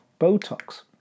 Botox